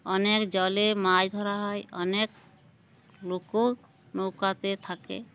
অনেক জলে মাছ ধরা হয় অনেক লোকও নৌকাতে থাকে